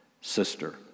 sister